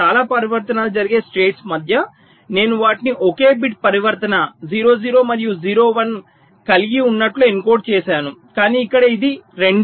చాలా పరివర్తనాలు జరిగే స్టేట్స్ మధ్య నేను వాటిని ఒకే బిట్ పరివర్తన 0 0 మరియు 0 1 కలిగి ఉన్నట్లు ఎన్కోడ్ చేసాను కానీ ఇక్కడ ఇది 2